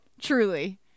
truly